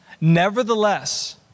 Nevertheless